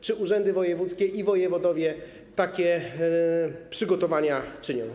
Czy urzędy wojewódzkie i wojewodowie takie przygotowania czynią?